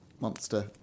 monster